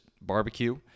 barbecue